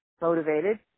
motivated